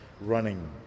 running